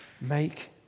Make